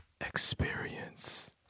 Experience